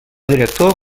director